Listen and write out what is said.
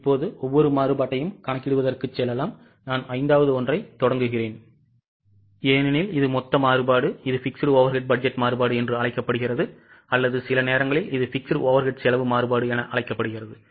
இப்போது ஒவ்வொரு மாறுபாட்டையும் கணக்கிடுவதற்கு செல்லலாம் நான் ஐந்தாவது ஒன்றைத் தொடங்குகிறேன் ஏனெனில் இது மொத்த மாறுபாடு இது fixed overhead பட்ஜெட் மாறுபாடு என்று அழைக்கப்படுகிறது அல்லது சில நேரங்களில் இது fixed overhead செலவு மாறுபாடு என அழைக்கப்படுகிறது